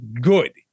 good